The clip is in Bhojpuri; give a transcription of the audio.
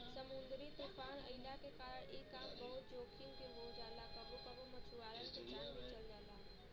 समुंदरी तूफ़ान अइला के कारण इ काम बहुते जोखिम के हो जाला कबो कबो मछुआरन के जान भी चल जाला